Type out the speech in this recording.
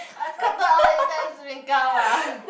Cotton-On if that's become ah